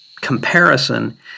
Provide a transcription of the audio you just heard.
comparison